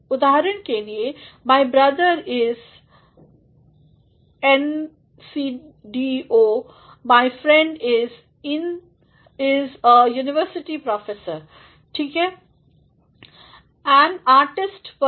उदाहरण के लिए my brother is an SDO my friend is a university professor ठीक